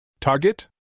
Target